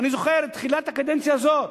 אני זוכר את תחילת הקדנציה הזאת.